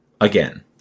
Again